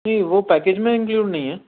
جی وہ پیکیج میں اِنکلوڈ نہیں ہے